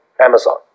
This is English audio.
Amazon